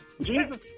Jesus